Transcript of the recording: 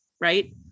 right